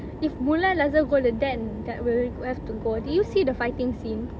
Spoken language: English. if mulan doesn't go the dad di~ will have to go did you see the fighting scene